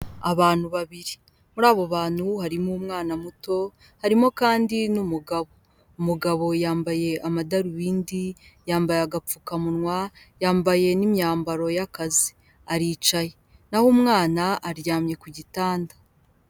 Abantu babiri, muri abo bantu harimo umwana muto harimo kandi n'umugabo, umugabo yambaye amadarubindi, yambaye agapfukamunwa, yambaye n'imyambaro y'akazi aricaye naho umwana aryamye ku gitanda.